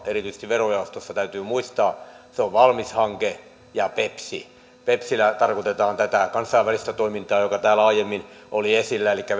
erityisesti verojaostossa täytyy muistaa ja ne ovat valmis hanke ja beps bepsillä tarkoitetaan tätä kansainvälistä toimintaa joka täällä aiemmin oli esillä elikkä